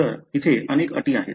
तर तेथे अनेक अटी आहेत